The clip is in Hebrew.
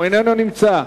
הוא איננו נמצא.